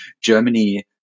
Germany